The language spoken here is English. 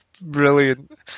brilliant